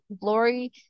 glory